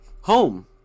home